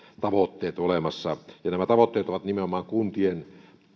tavoitteet olemassa nämä tavoitteet ovat nimenomaan kuntien